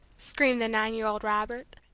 screamed the nine-year-old robert,